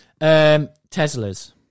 Teslas